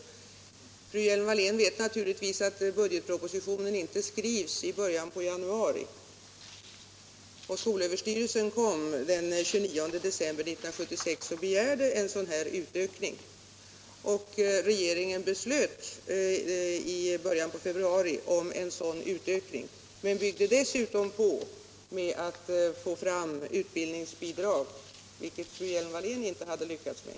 praktikarbete för Fru Hjelm-Wallén vet naturligtvis att budgetpropositionen inte skrivs — ungdom i början på januari. Skolöverstyrelsen kom den 29 december 1976 och begärde en utökning. Regeringen beslöt i början på februari om en sådan utökning men byggde dessutom på med att få fram utbildningsbidrag, vilket fru Hjelm-Wallén inte hade lyckats med.